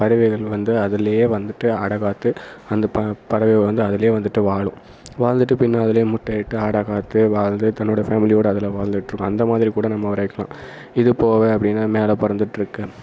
பறவைகள் வந்து அதுலேயே வந்துட்டு அடைக்காத்து அந்த ப பறவைகள் வந்து அதுலேயே வந்துட்டு வாழும் வாழ்ந்துட்டு பின்னே அதுலேயே முட்டையிட்டு அடைக்காத்து வாழ்ந்து தன்னுடைய ஃபேமிலியோட அதில் வாழ்ந்துட்டுருக்கும் அந்தமாதிரி கூட நம்ம வர வைக்கலாம் இது போக அப்படின்னா மேலே பறந்துகிட்ருக்கு